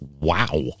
Wow